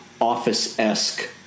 Office-esque